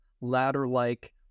ladder-like